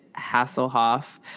Hasselhoff